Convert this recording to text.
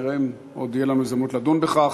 נראה אם עוד תהיה לנו הזדמנות לדון בכך.